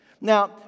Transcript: Now